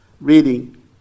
reading